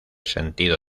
sentido